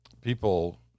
people